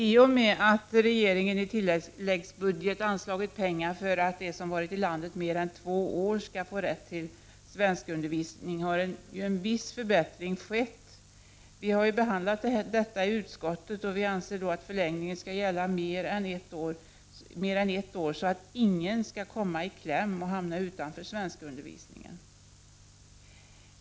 I och med att regeringen i tilläggsbudgeten anslagit pengar för att de som varit i landet mer än två år skall få rätt till svenskundervisning, har en viss förbättring skett. Vi har i utskottet behandlat den här frågan, och vi anser att förlängningen skall gälla mer än ett år så att ingen skall komma i kläm och hamna utanför svenskundervisningen.